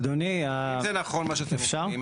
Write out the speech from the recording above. אם זה נכון מה שאתם אומרים,